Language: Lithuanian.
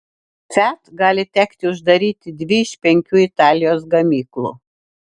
fiat gali tekti uždaryti dvi iš penkių italijos gamyklų